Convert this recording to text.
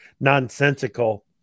nonsensical